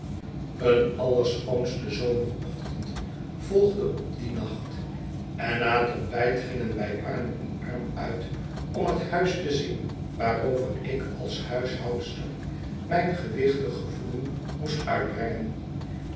een allerschoonste zomerochtend volgde op dien nacht en na het ontbijt gingen wij arm in arm uit om het huis te zien waarover ik als huishoudster mijn gewichtig gevoelen moest uitbrengen